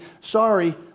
sorry